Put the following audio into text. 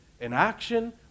inaction